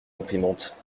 imprimante